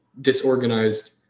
disorganized